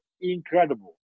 incredible